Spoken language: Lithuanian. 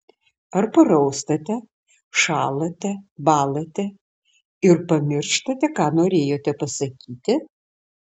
ar paraustate šąlate bąlate ir pamirštate ką norėjote pasakyti